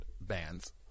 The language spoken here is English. bands